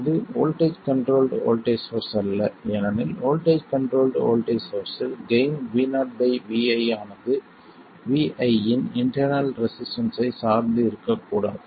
இது voltage controlled voltage source அல்ல ஏனெனில் வோல்ட்டேஜ் கண்ட்ரோல்ட் வோல்ட்டேஜ் சோர்ஸ்ஸில் கெய்ன் VoVi ஆனது Vi இன் இன்டெர்னல் ரெசிஸ்டன்ஸ்ஸைச் சார்ந்து இருக்கக்கூடாது